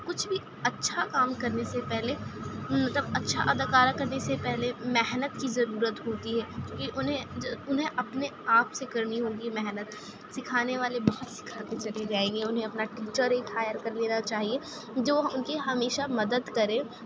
کچھ بھی اچھا کام کرنے سے پہلے مطلب اچّھا اداکارا کرنے سے پہلے محنت کی ضرورت ہوتی ہے یہ انہیں انہیں اپنے آپ سے کرنی ہوگی محنت سکھانے والے بہت سکھا کے چلے جائیں گے انہیں اپنا ٹیچر ایک ہایر کر لینا چاہیے جو ان کی ہمیشہ مدد کرے